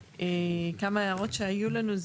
כמה הערות שהיו לנו.